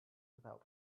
without